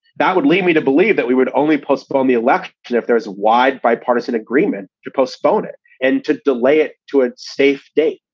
that would lead me to believe that we would only postpone the elections if there is wide bipartisan agreement to postpone it and to delay it to a safe date,